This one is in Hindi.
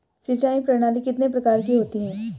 सिंचाई प्रणाली कितने प्रकार की होती हैं?